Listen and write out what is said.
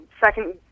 second